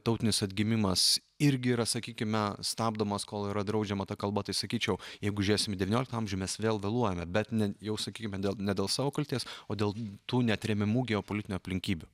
tautinis atgimimas irgi yra sakykime stabdomas kol yra draudžiama ta kalba tai sakyčiau jeigu žėsim į devynioliktą amžių mes vėl vėluojame bet ne jau sakykime dėl ne dėl savo kaltės o dėl tų neatremiamų geopolitinių aplinkybių